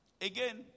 Again